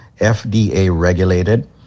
FDA-regulated